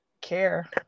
care